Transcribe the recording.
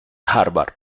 harvard